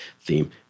theme